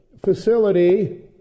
facility